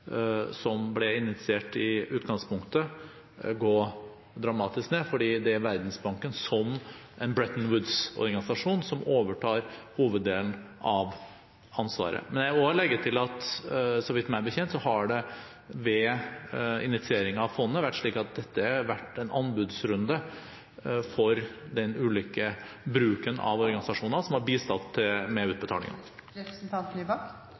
som ble initiert i utgangspunktet, gå dramatisk ned, for det er Verdensbanken, som en Bretton Woods-organisasjon, som overtar hoveddelen av ansvaret. Jeg vil også legge til at det ved initieringen av fondet – meg bekjent – har vært en anbudsrunde for den ulike bruken av organisasjoner som har bistått med